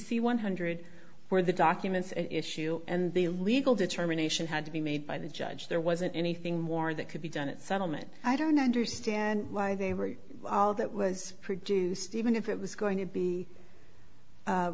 c one hundred were the documents and issue and the legal determination had to be made by the judge there wasn't anything more that could be done at settlement i don't understand why they were that was produced even if it was going to be